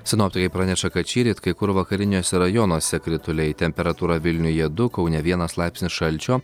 sinoptikai praneša kad šįryt kai kur vakariniuose rajonuose krituliai temperatūra vilniuje du kaune vienas laipsnis šalčio